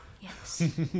yes